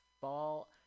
fall